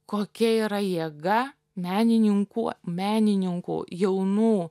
kokia yra jėga menininkų menininkų jaunų